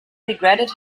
regretted